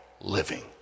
living